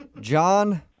John